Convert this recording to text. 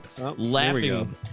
laughing